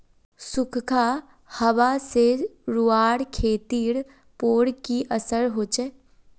सुखखा हाबा से रूआँर खेतीर पोर की असर होचए?